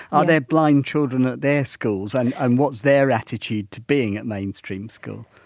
are there blind children at their schools and and what's their attitude to being at mainstream school?